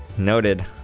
noted